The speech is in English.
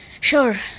Sure